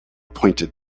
pointed